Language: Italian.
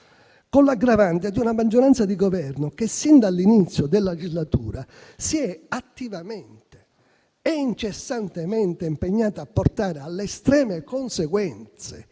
con l'aggravante di una maggioranza di Governo che, sin dall'inizio della legislatura, si è attivamente ed incessantemente impegnata a portare alle estreme conseguenze